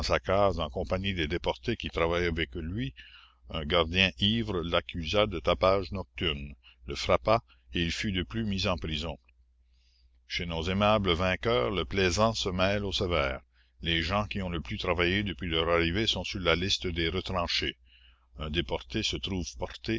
en compagnie des déportés qui travaillent avec lui un gardien ivre l'accusa de tapage nocturne le frappa et il fut de plus mis en prison chez nos aimables vainqueurs le plaisant se mêle au sévère les gens qui ont le plus travaillé depuis leur arrivée sont sur la liste des retranchés un déporté se trouve porté